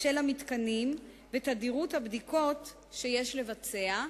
של המתקנים ותדירות הבדיקות שיש לבצע,